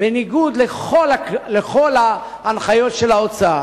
בניגוד לכל ההנחיות של האוצר,